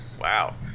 wow